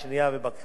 הצעת החוק